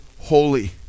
Holy